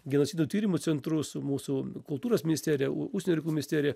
genocido tyrimo centru su mūsų kultūros misterija u užsienio reikalų misterija